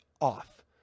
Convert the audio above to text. off